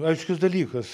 aiškus dalykas